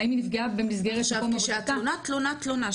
עכשיו, התלונה, תלונה,